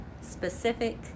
specific